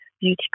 beauty